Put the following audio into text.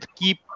keep